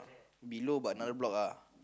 below but another block ah